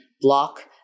block